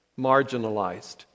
marginalized